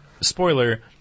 spoiler